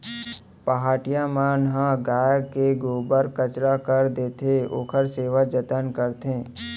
पहाटिया मन ह गाय के गोबर कचरा कर देथे, ओखर सेवा जतन करथे